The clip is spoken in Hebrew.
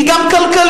היא גם כלכלית.